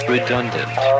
Redundant